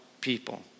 people